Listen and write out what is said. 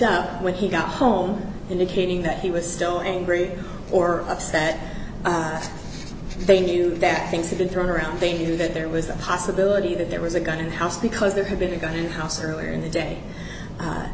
up when he got home indicating that he was still angry or upset they knew that things had been thrown around thinking that there was a possibility that there was a gun in the house because there had been a gun in house earlier in the day